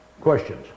Questions